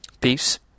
peace